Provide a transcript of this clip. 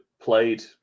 played